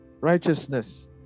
righteousness